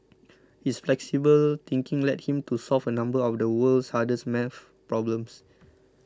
his flexible thinking led him to solve a number of the world's hardest math problems